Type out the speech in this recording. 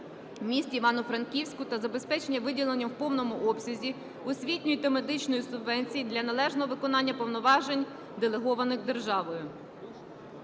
місті Івано-Франківську та забезпечення виділення в повному обсязі освітньої та медичної субвенцій для належного виконання повноважень, делегованих державою.